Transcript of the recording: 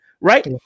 right